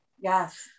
Yes